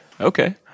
Okay